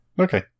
Okay